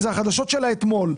אלה חדשות של אתמול.